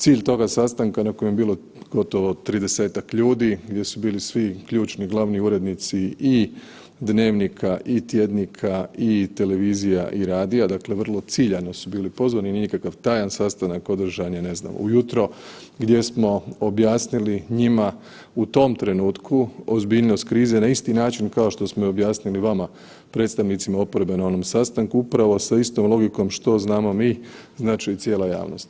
Cilj toga sastanka na kojem je bilo gotovo 30-tak ljudi, gdje su bili svi ključni glavni urednici i dnevnika i tjednika i televizija i radija, dakle vrlo ciljano su bili pozvano, nije nikakav tajan sastanak, održan je, ne znam, ujutro, gdje smo objasnili njima u tom trenutku ozbiljnost krize na isti način kao što smo objasnili vama, predstavnicima oporbe na onom sastanku, upravo sa istom logikom što znamo mi, znat će i cijela javnost.